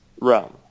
realm